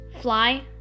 Fly